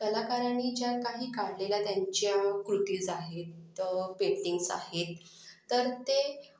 कलाकारांनी ज्या काही काढलेल्या त्यांच्या कृतीज आहेत पेंटिंग्ज आहेत तर ते